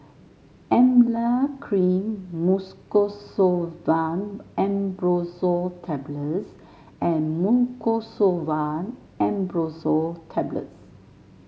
Emla Cream Mucosolvan AmbroxoL Tablets and Mucosolvan AmbroxoL Tablets